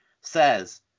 says